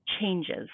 changes